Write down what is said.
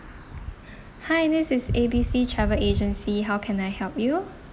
hi this is A B C travel agency how can I help you